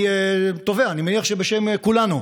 אני תובע, אני מניח שבשם כולנו,